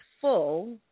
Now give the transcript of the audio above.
full